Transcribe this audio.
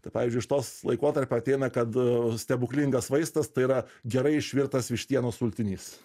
tai pavyzdžiui iš tos laikotarpio ateina kad stebuklingas vaistas tai yra gerai išvirtas vištienos sultinys